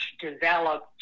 developed